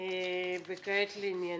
וכעת לענייננו.